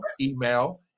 email